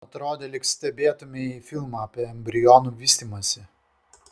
atrodė lyg stebėtumei filmą apie embrionų vystymąsi